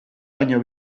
baino